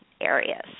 areas